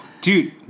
Dude